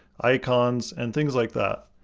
icons, and things like that.